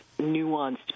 nuanced